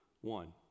One